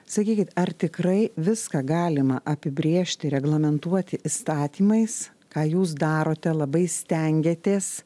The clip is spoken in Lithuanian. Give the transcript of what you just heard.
sakykit ar tikrai viską galima apibrėžti reglamentuoti įstatymais ką jūs darote labai stengiatės